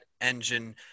engine